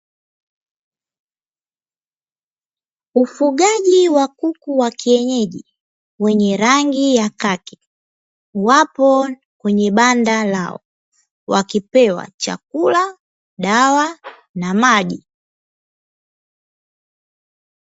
Ufugaji wa kuku wa kienyeji wenye rangi ya kaki wapo kwenye banda lao wakipewa chakula dawa na maji.